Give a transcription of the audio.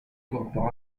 gruppo